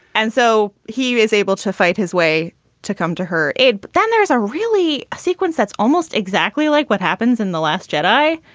and so he is able to fight his way to come to her aid. but then there's a really sequence that's almost exactly like what happens in the last chennai,